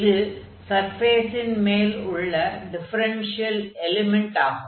இது சர்ஃபேஸின் மேல் உள்ள டிஃபரென்ஷியல் எலிமென்ட் ஆகும்